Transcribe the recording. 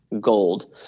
gold